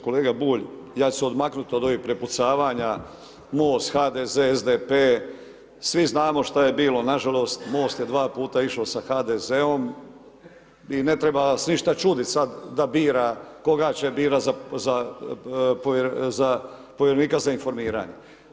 Kolega Bulj, aj ću se odmaknuti od ovih prepucavanja Most HDZ SDP, svi znamo što je bilo, nažalost Most je 2 puta išao sa HDZ-om i ne treba vas ništa čuditi sada da bira, koga će birati za povjerenika za informiranje.